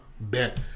Bet